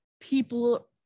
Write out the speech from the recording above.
people